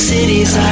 Cities